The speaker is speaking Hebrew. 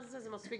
זה מספיק